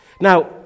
Now